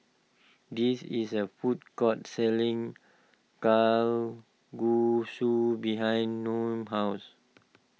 this is a food court selling Kalguksu behind Naomi's house